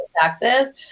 taxes